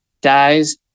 dies